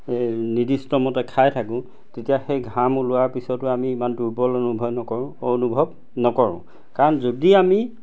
নিৰ্দিষ্ট মতে খাই থাকোঁ তেতিয়া সেই ঘাম ওলোৱাৰ পিছতো আমি ইমান দুৰ্বল অনুভৱ নকৰোঁ অনুভৱ নকৰোঁ কাৰণ যদি আমি